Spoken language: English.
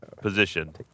position